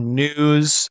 news